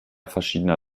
verschiedener